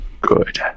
Good